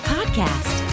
Podcast